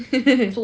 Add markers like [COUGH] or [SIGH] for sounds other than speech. [LAUGHS]